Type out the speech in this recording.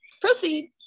proceed